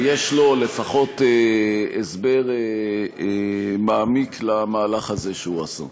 יש לו לפחות הסבר מעמיק למהלך הזה שהוא עשה.